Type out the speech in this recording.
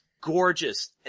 Gorgeous